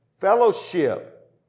fellowship